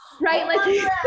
right